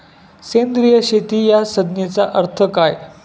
सेंद्रिय शेती या संज्ञेचा अर्थ काय?